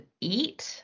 EAT